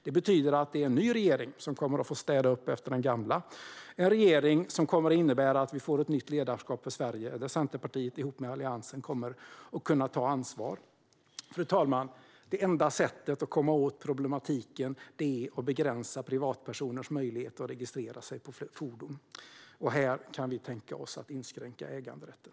Det betyder att det är en ny regering som kommer att få städa upp efter den gamla - en regering som kommer att innebära att vi får ett nytt ledarskap för Sverige, där Centerpartiet ihop med Alliansen kommer att kunna ta ansvar. Fru talman! Det enda sättet att komma åt problematiken är att begränsa privatpersoners möjlighet att registrera sig på flera fordon. Här kan vi tänka oss att inskränka äganderätten.